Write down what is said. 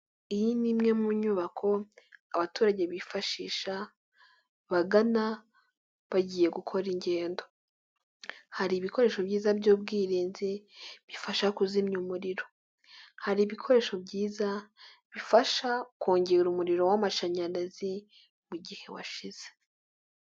Iyi ni imwe mu nyubako abaturage bifashisha bagana bagiye gukora ingendo. Hari ibikoresho byiza by'ubwirinzi bifasha kuzimya umuriro. Hari ibikoresho byiza bifasha kongera umuriro w'amashanyarazi mu gihe washize.